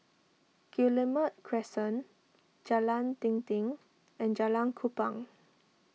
Guillemard Crescent Jalan Dinding and Jalan Kupang